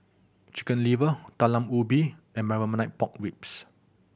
Chicken Liver Talam Ubi and Marmite Pork Ribs